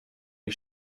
les